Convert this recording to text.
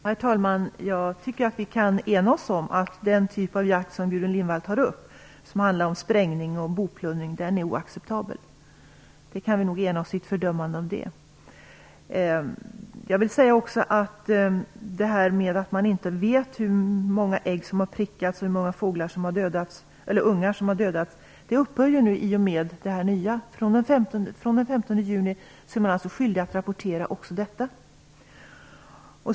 Herr talman! Jag tycker att vi kan ena oss om att den typ av jakt som Gudrun Lindvall tar upp och som handlar om sprängning och boplundring är oacceptabel. Vi kan nog ena oss i ett fördömande av det. Jag vill också säga att det här med att man inte vet hur många ägg som har prickats och hur många ungar som har dödats är ju inte aktuellt nu i och med de nya ändringarna. Från den 15 juni är man alltså skyldig att rapportera också detta.